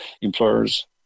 employers